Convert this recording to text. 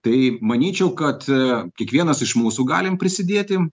tai manyčiau kad e kiekvienas iš mūsų galim prisidėti